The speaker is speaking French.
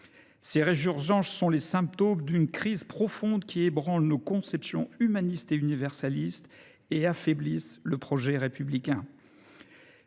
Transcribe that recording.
Ses résurgences sont les symptômes d’une crise profonde qui ébranle nos conceptions humanistes et universalistes et affaiblit le projet républicain.